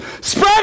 Spread